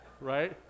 right